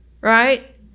right